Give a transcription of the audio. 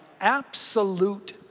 absolute